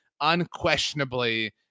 unquestionably